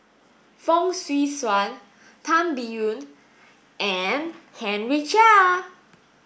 Fong Swee Suan Tan Biyun and Henry Chia